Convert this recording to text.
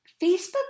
facebook